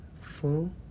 full